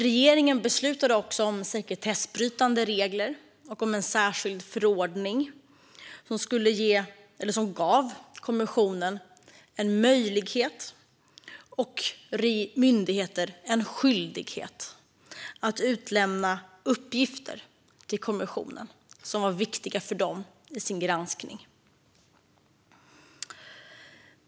Regeringen beslutade också om sekretessbrytande regler och en särskild förordning som gav kommissionen en möjlighet och myndigheter en skyldighet att utlämna uppgifter till kommissionen som var viktiga för den i sin granskning.